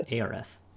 ARS